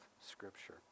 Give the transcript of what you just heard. scripture